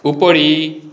उपरि